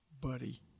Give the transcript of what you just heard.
buddy